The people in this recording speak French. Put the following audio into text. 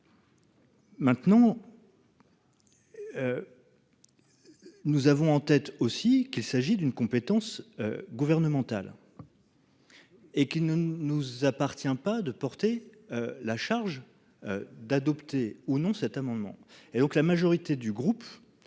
Maintenant. Nous avons en tête aussi qu'il s'agit d'une compétence. Gouvernementale. Et qui ne nous appartient pas de porter la charge. D'adopter ou non cet amendement et donc la majorité du groupe.